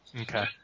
Okay